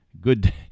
good